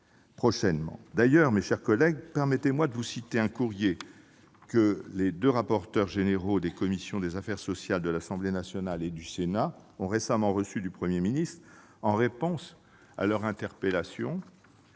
un texte que nous voterons. Permettez-moi de citer un courrier que les deux rapporteurs généraux des commissions des affaires sociales de l'Assemblée nationale et du Sénat ont récemment reçu du Premier ministre, en réponse à leur interpellation